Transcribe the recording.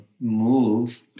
move